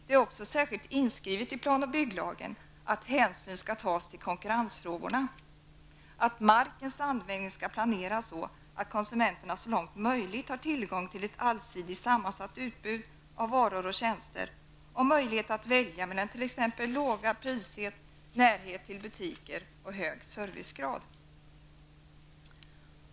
Det är också särskilt inskrivet i plan och bygglagen att hänsyn skall tas till konkurrensfrågorna, att markens användning skall planeras så att konsumenterna så långt möjligt har tillgång till ett allsidigt sammansatt utbud av varor och tjänster och möjlighet att välja mellan t.ex. låga priser, närhet till butiker och hög servicegrad.